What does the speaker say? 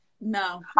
No